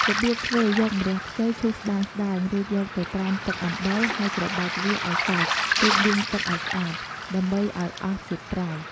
របៀបធ្វើ យកម្រះខ្ចីឈូសស្តើងៗ រួចយកទៅត្រាំទឹកអំបិលហើយច្របាច់វាឱ្យសព្វទើបលាងទឹកឱ្យស្អាត ដើម្បីឱ្យអស់ជាតិប្រៃ ។